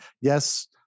yes